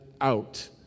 out